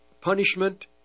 punishment